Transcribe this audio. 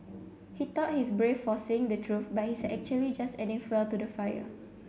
he thought he's brave for saying the truth but he's actually just adding fuel to the fire